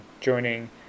joining